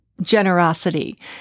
generosity